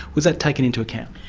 was that taken into account?